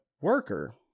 worker